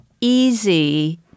easy